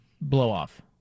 blow-off